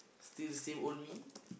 still same old me